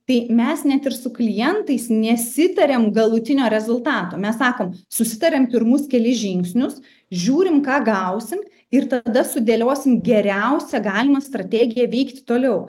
tai mes net ir su klientais nesitariam galutinio rezultato mes sakom susitariam pirmus kelis žingsnius žiūrim ką gausim ir tada sudėliosim geriausią galimą strategiją veikti toliau